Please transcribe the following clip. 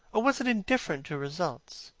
or was it indifferent to results?